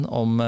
om